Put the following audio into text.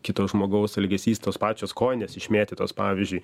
kito žmogaus elgesys tos pačios kojinės išmėtytos pavyzdžiui